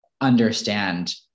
understand